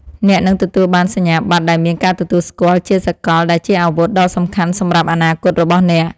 អ្នកនឹងទទួលបានសញ្ញាបត្រដែលមានការទទួលស្គាល់ជាសកលដែលជាអាវុធដ៏សំខាន់សម្រាប់អនាគតរបស់អ្នក។